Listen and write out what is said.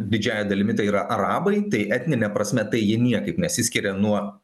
didžiąja dalimi tai yra arabai tai etnine prasme tai ji niekaip nesiskiria nuo